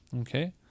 Okay